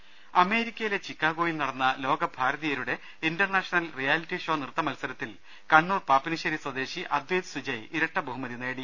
ദർവ്വെട്ടറ അമേരിക്കയിലെ ചിക്കാഗോയിൽ നടന്ന ലോക ഭാരതീയരുടെ ഇന്റർ നാഷണൽ റിയാലിറ്റി ഷോ നൃത്ത മത്സരത്തിൽ കണ്ണൂർ പാപ്പിനിശ്ശേരി സ്വ ദേശി അദൈത് സുജയ് ഇരട്ട ബഹുമതി നേടി